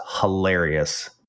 hilarious